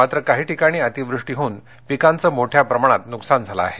मात्र काही ठिकाणी अतिवृष्टी होऊन पिकांचं मोठ्या प्रमाणात नुकसान झाले आहे